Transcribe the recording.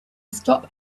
stop